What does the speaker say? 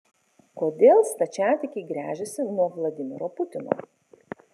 kodėl stačiatikiai gręžiasi nuo vladimiro putino